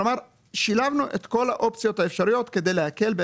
כלומר שילבנו את כל האופציות האפשריות כדי להקל,